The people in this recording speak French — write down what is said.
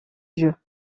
jeu